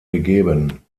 gegeben